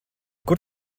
kur